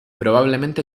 probablemente